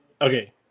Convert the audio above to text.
okay